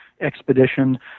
expedition